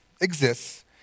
exists